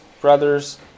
brothers